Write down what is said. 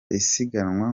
isiganwa